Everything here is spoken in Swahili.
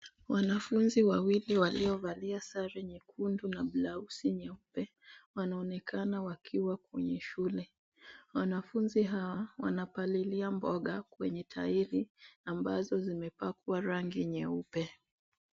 Wanafunzi wawili waliovalia sare nyekundu na blausi nyeupe wanaonekana wakiwa kwenye shule. Wanafunzi hawa wanapalilia mboga kwenye tairi ambazo zimepakwa rangi nyeupe.